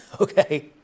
Okay